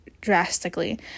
drastically